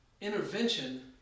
intervention